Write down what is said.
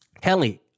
Kelly